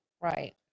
Right